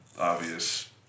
obvious